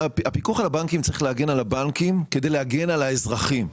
הפיקוח על הבנקים צריך להגן על הבנקים כדי להגן על האזרחים.